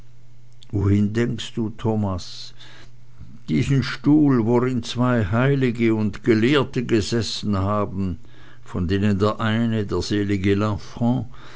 wohin denkst du thomas diesen stuhl worin zwei heilige und gelehrte gesessen haben von denen der eine der selige lanfranc